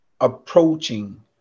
approaching